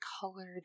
colored